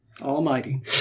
Almighty